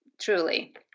truly